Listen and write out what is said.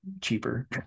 cheaper